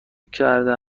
کرده